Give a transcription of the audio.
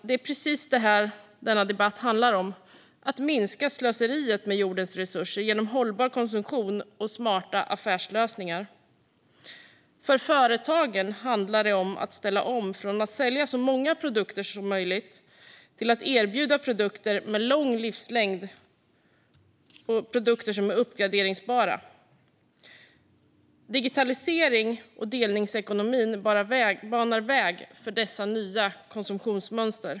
Det är precis det här - att minska slöseriet med jordens resurser genom hållbar konsumtion och smarta affärslösningar - som denna debatt handlar om. För företagen handlar det om att ställa om från att sälja så många produkter som möjligt till att erbjuda produkter med lång livslängd och produkter som är uppgraderbara. Digitaliseringen och delningsekonomin banar väg för dessa nya konsumtionsmönster.